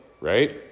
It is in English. right